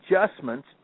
adjustments